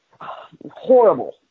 Horrible